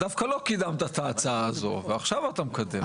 דווקא לא קידמת את ההצעה הזאת ועכשיו אתה מקדם אותה.